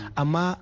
ama